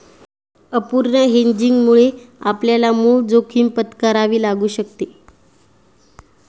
अपूर्ण हेजिंगमुळे आपल्याला मूळ जोखीम पत्करावी लागू शकते